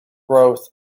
growth